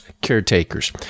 caretakers